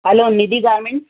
hello Nidhi garment